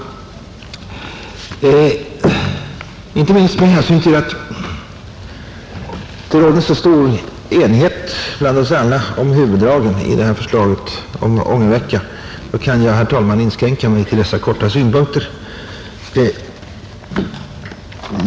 Inte minst med hänsyn till att det råder så stor enighet bland oss alla om huvuddragen i förslaget om ångervecka kan jag, herr talman, inskränka mig till dessa kortfattade synpunkter.